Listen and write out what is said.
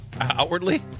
outwardly